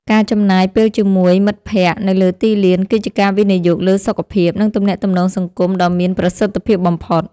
ការចំណាយពេលជាមួយមិត្តភក្តិនៅលើទីលាន គឺជាការវិនិយោគលើសុខភាព និងទំនាក់ទំនងសង្គមដ៏មានប្រសិទ្ធភាពបំផុត។